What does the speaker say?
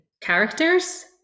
characters